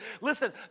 Listen